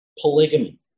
polygamy